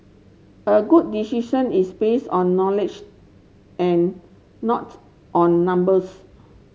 a good decision is based on knowledge and not on numbers